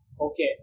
Okay